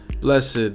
blessed